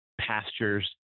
pastures